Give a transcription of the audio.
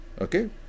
okay